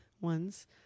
ones